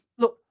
look,